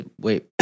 wait